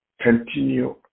continue